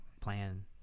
plan